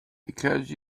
because